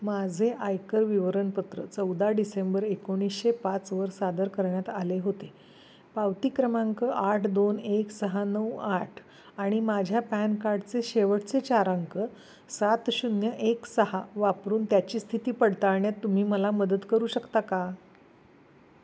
माझे आयकर विवरण पत्र चौदा डिसेंबर एकोणीसशे पाचवर सादर करण्यात आले होते पावती क्रमांक आठ दोन एक सहा नऊ आठ आणि माझ्या पॅन कार्डचे शेवटचे चार अंक सात शून्य एक सहा वापरून त्याची स्थिती पडताळण्यात तुम्ही मला मदत करू शकता का